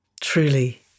Truly